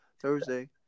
Thursday